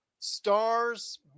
stars